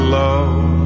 love